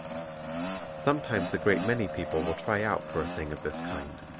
sometimes a great many people will try out for a thing of this kind.